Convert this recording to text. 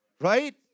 right